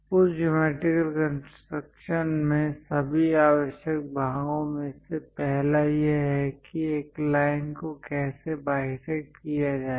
उस geometric construction में सभी आवश्यक भागों में से पहला यह है कि एक लाइन को कैसे बाईसेक्ट किया जाए